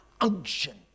unction